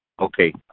Okay